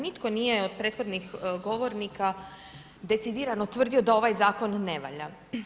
Nitko nije od prethodnih govornika decidirano tvrdio da ovaj zakon ne valja.